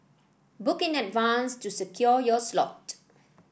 book in advance to secure your slot